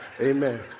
Amen